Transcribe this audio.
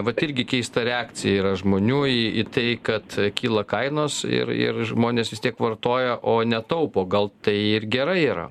vat irgi keista reakcija yra žmonių į į tai kad kyla kainos ir ir žmonės vis tiek vartoja o netaupo gal tai ir gerai yra